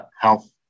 health